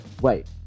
wait